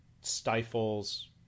stifles